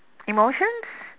emotions